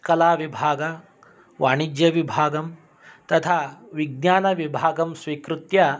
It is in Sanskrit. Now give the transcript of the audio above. कलाविभागं वाणिज्यविभागं तथा विज्ञानविभागं स्वीकृत्य